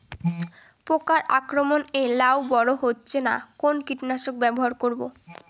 পোকার আক্রমণ এ লাউ বড় হচ্ছে না কোন কীটনাশক ব্যবহার করব?